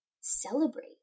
celebrate